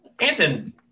Anton